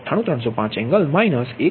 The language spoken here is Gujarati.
98305 એંગલ માઈનસ 1